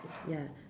ya